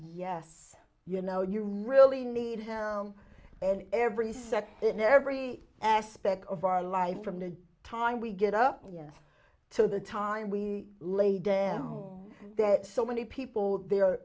yes you know you really need and every second every aspect of our life from the time we get up to the time we lay down that so many people there